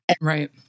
Right